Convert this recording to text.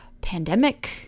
pandemic